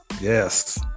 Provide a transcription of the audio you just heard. Yes